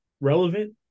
relevant